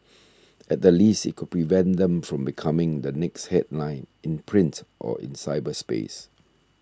at the least it could prevent them from becoming the next headline in print or in cyberspace